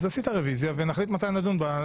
הגשת רביזיה, ונחליט מתי נדון בה.